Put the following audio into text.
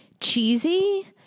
cheesy